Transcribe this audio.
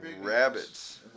rabbits